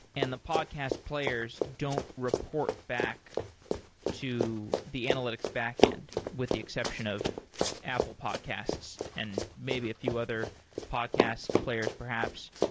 and the podcast players don't report back to the analytics backend with the exception of apple podcasts and maybe a few other podcast players, perhaps.